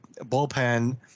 bullpen –